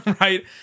right